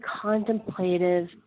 contemplative